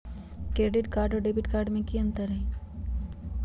Credit card और debit card में की अंतर हई?